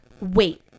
wait